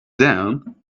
down